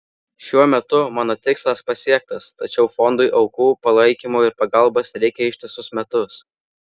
šiuo metu mano tikslas pasiektas tačiau fondui aukų palaikymo ir pagalbos reikia ištisus metus